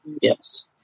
Yes